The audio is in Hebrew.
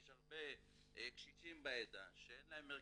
יש הרבה קשישים בעדה שאין להם מרכזים,